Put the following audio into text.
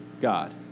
God